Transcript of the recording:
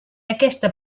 aquesta